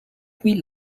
puis